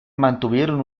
mantuvieron